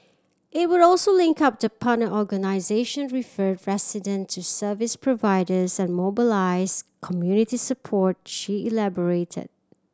it would also link up the partner organisation refer resident to service providers and mobilise community support she elaborated